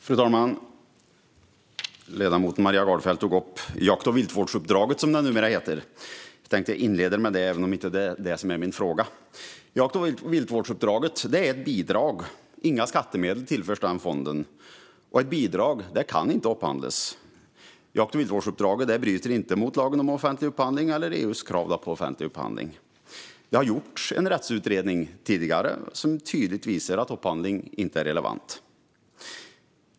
Fru talman! Ledamoten Maria Gardfjell tog upp jakt och viltvårdsuppdraget, som det numera heter. Jag tänkte inleda med det, även om det inte är det som min fråga gäller. Jakt och viltvårdsuppdraget är ett bidrag. Inga skattemedel tillförs fonden. Ett bidrag kan inte upphandlas. Jakt och viltvårdsuppdraget bryter därför inte mot lagen om offentlig upphandling eller mot EU:s krav på offentlig upphandling. Det har gjorts en rättsutredning tidigare som tydligt visar att upphandling inte är relevant.